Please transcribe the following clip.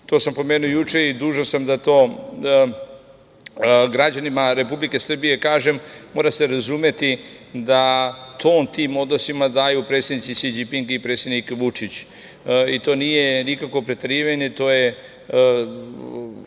to sam pomenuo juče i dužan sam da to građanima Republike Srbije kažem, mora se razumeti da ton tim odnosima daju predsednici Si Đinping i predsednik Vučić. To nije nikakvo preterivanje, to je